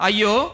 Ayo